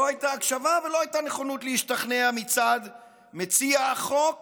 לא הייתה הקשבה ולא הייתה נכונות להשתכנע מצד מציע החוק